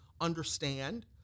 understand